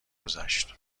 گذشت